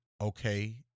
okay